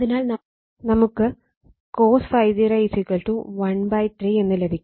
അതിനാൽ നമുക്ക് cos ∅0 ⅓ എന്ന് ലഭിക്കും